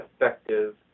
effective